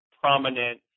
prominent